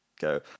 go